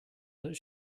that